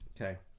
Okay